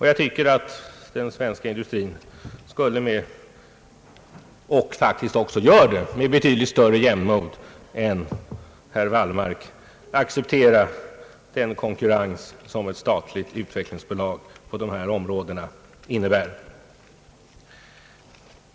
Jag tycker att den svenska industrin skulle — och den: gör det faktiskt även med betydligt större jämnmod än herr Wallmark — acceptera den konkurrens som ett statligt utvecklingsbolag på detta område innebär.